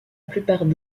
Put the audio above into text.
plupart